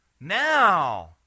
Now